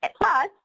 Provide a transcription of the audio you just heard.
Plus